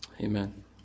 Amen